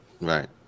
Right